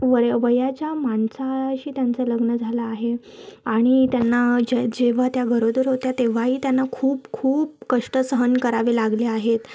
वय वयाच्या माणसाशी त्यांचं लग्न झालं आहे आणि त्यांना ज जेव्हा त्या गरोदर होत्या तेव्हाही त्यांना खूप खूप कष्ट सहन करावे लागले आहेत